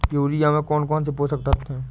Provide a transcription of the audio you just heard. Urea में कौन कौन से पोषक तत्व है?